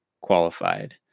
qualified